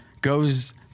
goes